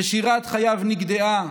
ששירת חייו נגדעה